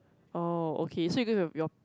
oh okay so you going with your